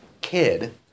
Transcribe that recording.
kid